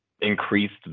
increased